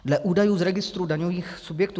Dle údajů z registru daňových subjektů